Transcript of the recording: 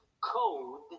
code